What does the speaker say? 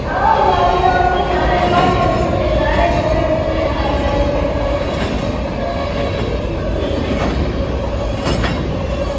आं उन्ने भांडे कपड़े सारे करी ओड़ने